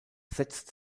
setzt